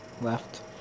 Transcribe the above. left